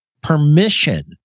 permission